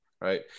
right